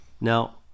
now